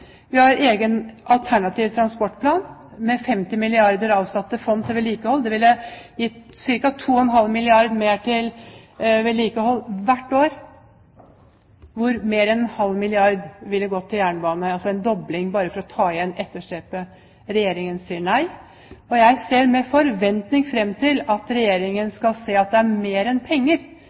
Vi har en egen alternativ transportplan, med 50 milliarder kr avsatt til fond til vedlikehold. Det ville gitt ca. 2,5 milliard kr mer til vedlikehold hvert år, hvor mer enn en halv milliard ville gått til jernbane, altså en dobling, bare for å ta igjen etterslepet. Regjeringen sier nei, og jeg ser med forventning fram til at Regjeringen skal se at det er mer enn penger